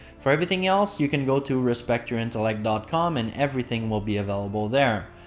for everything else, you can go to respectyourintellect dot com and everything will be available there.